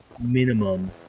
minimum